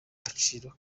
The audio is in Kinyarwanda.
gaciro